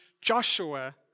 Joshua